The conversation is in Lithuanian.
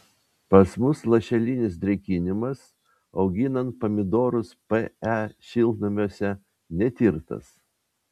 pas mus lašelinis drėkinimas auginant pomidorus pe šiltnamiuose netirtas